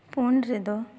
phone ᱨᱮᱫᱚ